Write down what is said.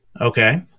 Okay